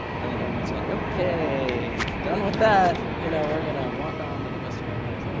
and then everyone's like, okay done with that, you know, we're gonna walk on to the rest of our lives.